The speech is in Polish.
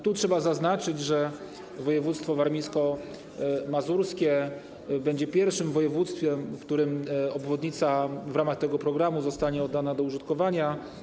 Tu trzeba zaznaczyć, że województwo warmińsko-mazurskie będzie pierwszym województwem, w którym obwodnica w ramach tego programu zostanie oddana do użytkowania.